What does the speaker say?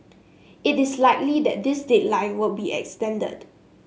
it is likely that this deadline will be extended